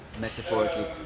metaphorically